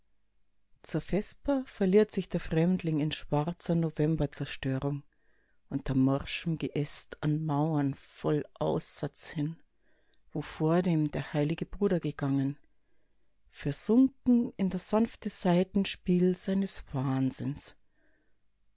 zur vesper verliert sich der fremdling in schwarzer novemberzerstörung unter morschem geäst an mauern voll aussatz hin wo vordem der heilige bruder gegangen versunken in das sanfte saitenspiel seines wahnsinns